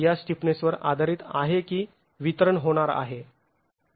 या स्टिफनेसवर आधारित आहे की वितरण होणार आहे